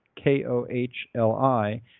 K-O-H-L-I